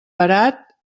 barat